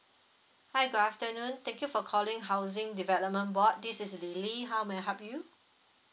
hi good afternoon thank you for calling housing development board this is lily how may I help you